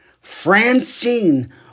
Francine